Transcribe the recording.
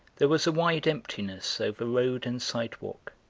there was a wide emptiness over road and sidewalk,